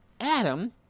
Adam